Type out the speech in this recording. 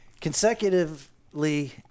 consecutively